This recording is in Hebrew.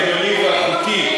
ההגיוני והחוקי,